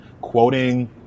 quoting